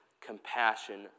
compassion